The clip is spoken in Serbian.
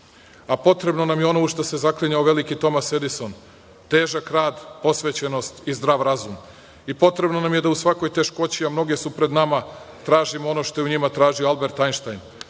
a potrebno nam je ono u šta se zaklinjao veliki Tomas Edison – težak rad, posvećenost i zdrav razum. I potrebno nam je da u svakoj teškoći, a mnoge su pred nama, tražimo ono što je u njima tražio Albert Ajnštajn